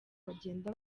bagenda